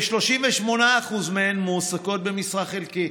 כ-38% מועסקות במשרה חלקית,